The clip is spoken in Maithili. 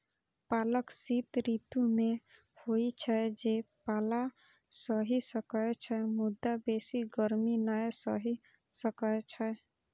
पालक शीत ऋतु मे होइ छै, जे पाला सहि सकै छै, मुदा बेसी गर्मी नै सहि सकै छै